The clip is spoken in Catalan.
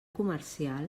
comercial